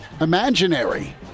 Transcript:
imaginary